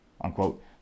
unquote